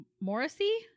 Morrissey